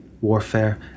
warfare